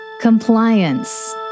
Compliance